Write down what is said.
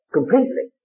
Completely